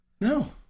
No